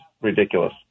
ridiculous